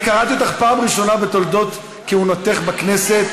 אני קראתי אותך פעם ראשונה בתולדות כהונתך בכנסת לסדר.